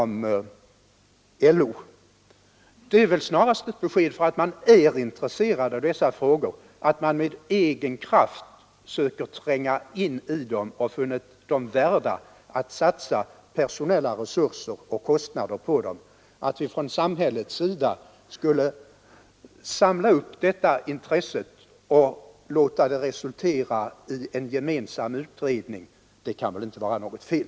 Men att man med egen kraft söker tränga in i dessa frågor och har funnit det värt att satsa personella resurser och ta på sig kostnader för detta är väl snarast ett besked om att man är intresserad av dem. Att vi från samhällets sida skulle samla upp detta intresse och låta det resultera i en gemensam utredning kan väl inte vara något fel.